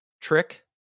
trick